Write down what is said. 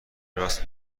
راست